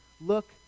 look